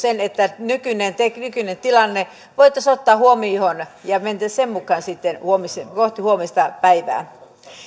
se että nykyinen tilanne voitaisiin ottaa huomioon ja mentäisiin sen mukaan sitten kohti huomista päivää